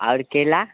आओर केला